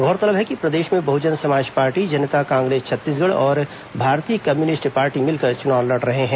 गौरतलब है कि प्रदेश में बहजन समाज पार्टी जनता कांग्रेस छत्तीसगढ़ और भारतीय कम्युनिस्ट पार्टी मिलकर चुनाव लड़ रहे हैं